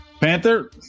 Panther